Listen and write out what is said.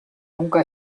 nunca